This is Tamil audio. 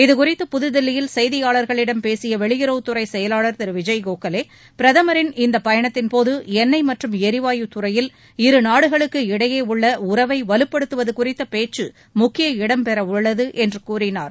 இதுகுறித்து புதுதில்லியில் செய்தியாளர்களிடம் பேசிய வெளியுறவுத்துறை செயலாளர் திரு விஜய் கோகலே பிரதமரின் இப்பயணத்தின்போது என்ணெய் மற்றும் எரிவாயு துறையில் இருநாடுகளுக்கு இடையே உள்ள உறவை வலுப்படுத்துவது குறித்த பேச்சு முக்கிய இடம் பெறவுள்ளது என்று கூறினார்